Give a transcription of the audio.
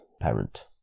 parent